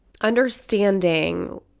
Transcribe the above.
understanding